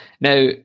Now